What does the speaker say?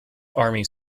army